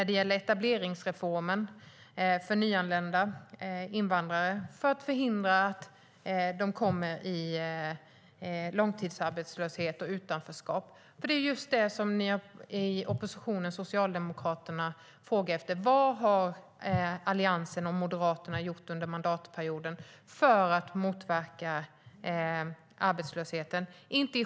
Det gäller etableringsreformen för nyanlända invandrare som ska hindra att dessa hamnar i långtidsarbetslöshet och utanförskap. Oppositionen och Socialdemokraterna har, inte i frågan men i tidigare inlägg i debatten, frågat: Vad har Alliansen och Moderaterna gjort under mandatperioden för att motverka arbetslösheten?